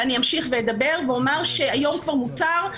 ואני אמשיך ואדבר ואומר שהיום כבר מותר,